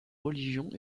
religions